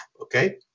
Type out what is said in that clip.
okay